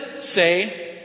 say